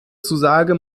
zusage